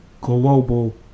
global